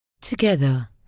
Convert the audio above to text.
Together